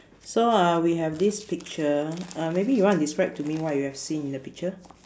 so uh we have this picture uh maybe you wanna describe to me what you have seen in the picture